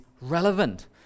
relevant